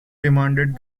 demanded